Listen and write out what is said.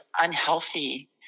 unhealthy